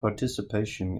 participation